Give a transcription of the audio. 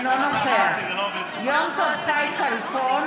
אינו נוכח יום טוב חי כלפון,